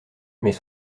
mais